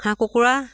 হাঁহ কুকুৰা